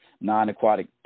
non-aquatic